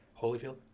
Holyfield